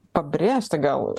pabrėžti gal